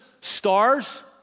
stars